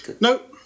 Nope